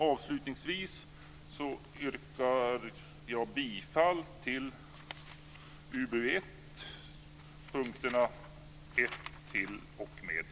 Avslutningsvis yrkar jag bifall till förslagen till beslut i UbU1 under punkterna 1-18.